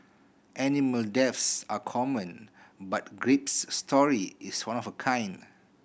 animal deaths are common but Grape's story is one of a kind